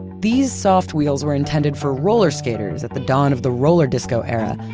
these soft wheels were intended for roller skaters at the dawn of the roller disco era,